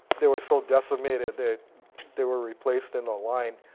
they were so decimated, that they were replaced in a line.